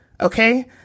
Okay